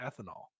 ethanol